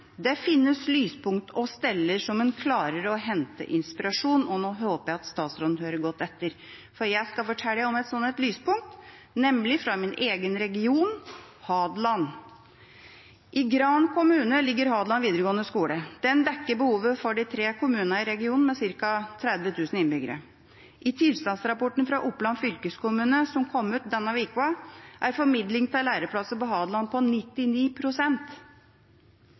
det finnes lyspunkt – og steder der en klarer å hente inspirasjon. Nå håper jeg at statsråden hører godt etter, for jeg skal fortelle om et sånt lyspunkt, nemlig fra min egen region, Hadeland. I Gran kommune ligger Hadeland videregående skole. Den dekker behovet for de tre kommunene i regionen, med ca. 30 000 innbyggere. Ifølge tilstandsrapporten fra Oppland fylkeskommune som kom ut denne uka, er formidlingen av læreplasser på Hadeland på